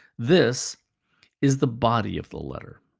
this is the body of the letter.